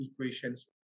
equations